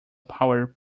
power